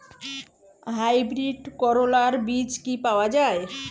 Hybrid করলার বীজ কি পাওয়া যায়?